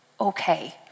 okay